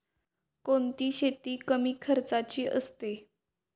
कोणती शेती कमी खर्चाची असते?